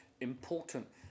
important